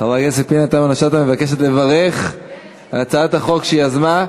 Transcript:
חברת הכנסת פנינה תמנו-שטה מבקשת לברך על הצעת החוק שהיא יזמה.